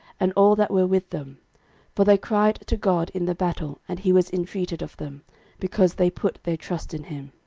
and all that were with them for they cried to god in the battle, and he was intreated of them because they put their trust in him.